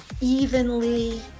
evenly